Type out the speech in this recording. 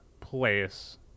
place